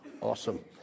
awesome